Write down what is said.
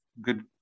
good